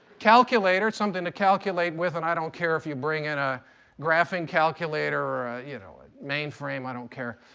calculator, something to calculate with, and i don't care if you bring in a graphing calculator or ah you know a mainframe. i don't care.